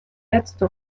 letzte